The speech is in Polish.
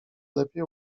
lepiej